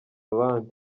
abandi